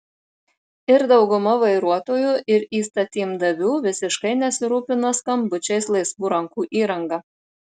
ir dauguma vairuotojų ir įstatymdavių visiškai nesirūpina skambučiais laisvų rankų įranga